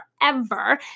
forever